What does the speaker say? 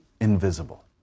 invisible